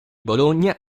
bologna